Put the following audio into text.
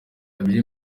abiri